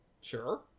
sure